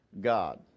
God